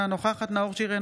אינה נוכחת נאור שירי,